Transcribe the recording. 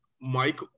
Mike